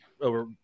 over